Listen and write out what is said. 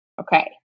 okay